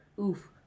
Oof